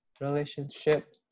Relationship